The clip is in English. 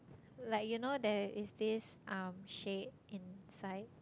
like you know there is this um shade inside